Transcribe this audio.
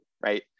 right